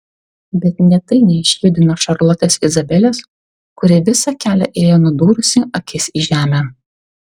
bet nė tai neišjudino šarlotės izabelės kuri visą kelią ėjo nudūrusi akis į žemę